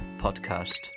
podcast